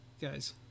guys